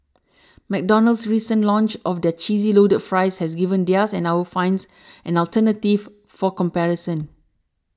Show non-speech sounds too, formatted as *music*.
McDonald's recent launch of their cheesy loaded fries has given theirs and our fans an alternative *noise* for comparison